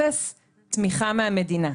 אפס תמיכה מהמדינה.